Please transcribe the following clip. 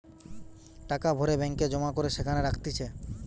টাকা ভরে ব্যাঙ্ক এ জমা করে যেখানে রাখতিছে